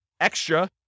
extra